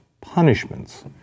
Punishments